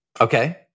okay